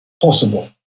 possible